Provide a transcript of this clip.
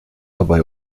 dabei